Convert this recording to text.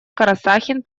карасахин